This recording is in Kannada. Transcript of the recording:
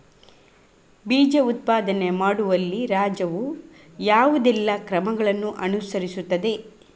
ಬೀಜ ಉತ್ಪಾದನೆ ಮಾಡುವಲ್ಲಿ ರಾಜ್ಯವು ಯಾವುದೆಲ್ಲ ಕ್ರಮಗಳನ್ನು ಅನುಕರಿಸುತ್ತದೆ?